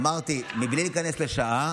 אמרתי, בלי להיכנס לשעה.